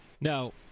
Now